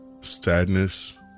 sadness